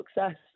success